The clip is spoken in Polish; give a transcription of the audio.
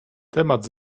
temat